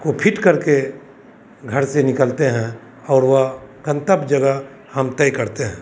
को फिट करके घर से निकलते हैं और वह गन्तव्य जगह हम तय करते हैं